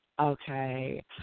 Okay